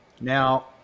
now